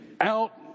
out